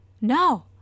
no